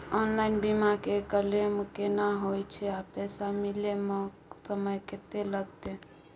Online बीमा के claim केना होय छै आ पैसा मिले म समय केत्ते लगतै?